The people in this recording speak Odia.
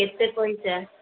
କେତେ ପଇସା